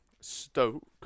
Stoke